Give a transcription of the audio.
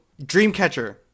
Dreamcatcher